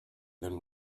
than